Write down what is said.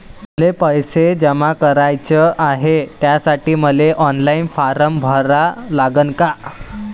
मले पैसे जमा कराच हाय, त्यासाठी मले ऑनलाईन फारम भरा लागन का?